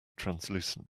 translucent